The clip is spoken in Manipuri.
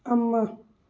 ꯑꯃ